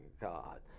God